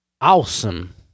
awesome